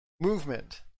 movement